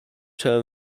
term